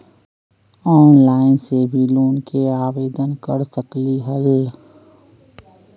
Online से भी loan के आवेदन कर सकलीहल?